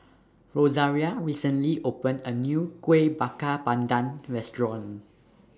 Rosaria recently opened A New Kueh Bakar Pandan Restaurant